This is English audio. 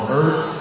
earth